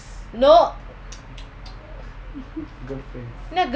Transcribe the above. girlfriends